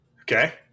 Okay